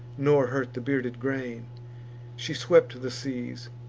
nor hurt the bearded grain she swept the seas,